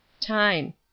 Time